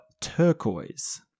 turquoise